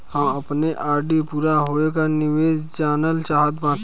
हम अपने आर.डी पूरा होवे के निर्देश जानल चाहत बाटी